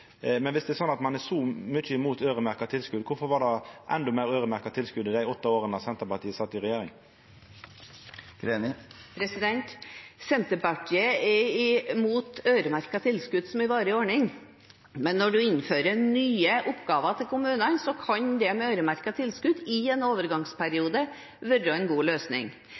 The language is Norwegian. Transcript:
er slik at ein er så mykje imot øyremerkte tilskot – kvifor var det endå meir øyremerkte tilskot i dei åtte åra Senterpartiet sat i regjering? Senterpartiet er imot øremerkede tilskudd som en varig ordning. Men når en innfører nye oppgaver til kommunene, kan øremerkede tilskudd i en overgangsperiode være en god løsning.